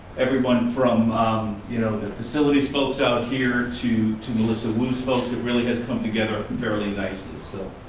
everyone from you know the facilities folks out here to to melissa woo's folks, it really has come together fairly nicely, so.